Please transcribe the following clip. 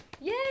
Yay